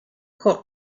court